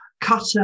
cutter